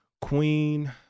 Queen